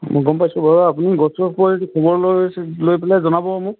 মই গম পাইছোঁ বাৰু আপুনিলৈ পেলাই জনাব মোক